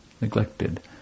neglected